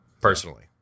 personally